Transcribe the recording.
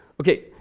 Okay